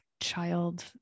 child